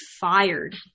fired